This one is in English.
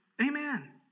Amen